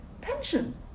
pension